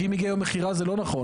כי אם הגיע יום המכירה זה לא נכון.